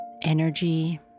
energy